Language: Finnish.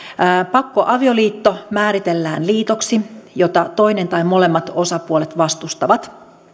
pakkoavioliitto määritellään liitoksi jota toinen tai molemmat osapuolet vastustavat